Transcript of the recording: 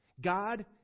God